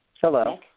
Hello